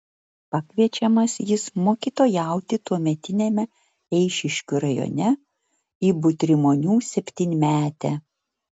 pakviečiamas jis mokytojauti tuometiniame eišiškių rajone į butrimonių septynmetę